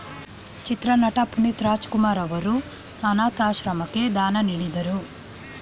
ಚಿತ್ರನಟ ಪುನೀತ್ ರಾಜಕುಮಾರ್ ಅವರು ಅನಾಥಾಶ್ರಮಕ್ಕೆ ದಾನ ನೀಡಿದರು